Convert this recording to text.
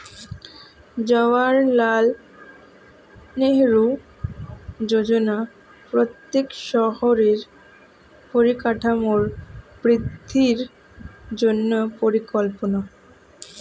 জাওহারলাল নেহেরু যোজনা প্রত্যেক শহরের পরিকাঠামোর বৃদ্ধির জন্য পরিকল্পনা